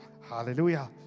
Hallelujah